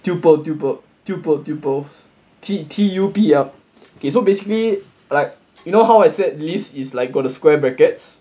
tuple tuple tuple tuple T_T_U_P ah okay so basically like you know how I said list is like got the square brackets